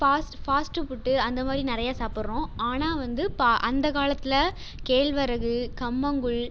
fast fast food அந்தமாதிரி நிறையா சாப்பிட்றோம் ஆனால் வந்து ப அந்த காலத்தில் கேழ்வரகு கம்பங்கூழ்